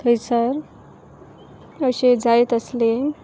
थंयसर अशें जाय तसलें